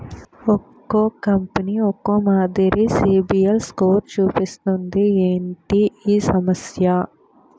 ఒక్కో కంపెనీ ఒక్కో మాదిరి సిబిల్ స్కోర్ చూపిస్తుంది ఏంటి ఈ సమస్య?